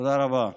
תודה רבה.